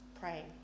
praying